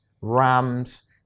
RAMs